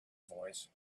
voice